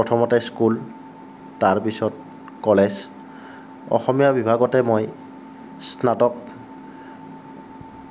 প্ৰথমতে স্কুল তাৰপিছত কলেজ অসমীয়া বিভাগতে মই স্নাতক